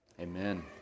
Amen